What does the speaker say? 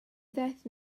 ddaeth